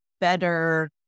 better